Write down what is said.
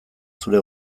zure